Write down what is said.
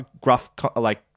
gruff-like